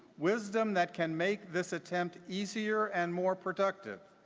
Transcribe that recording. wisdom that can make this attempt easier and more productive.